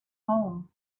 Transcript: home